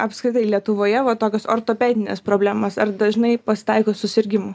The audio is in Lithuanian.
apskritai lietuvoje va tokios ortopedinės problemos ar dažnai pasitaiko susirgimų